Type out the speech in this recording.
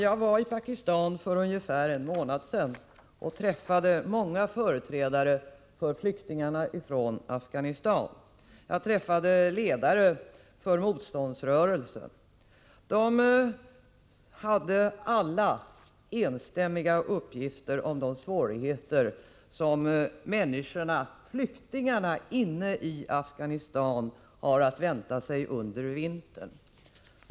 Jag var i Pakistan för ungefär en månad sedan och träffade många företrädare för flyktingarna från Afghanistan. Jag träffade ledare för motståndsrörelsen. De hade alla enstämmiga uppgifter om de svårigheter som människorna, flyktingarna, inne i Afghanistan har att vänta sig under vintern.